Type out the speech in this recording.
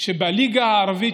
שבליגה הערבית,